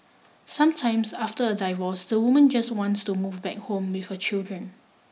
sometimes after a divorce the woman just wants to move back home with her children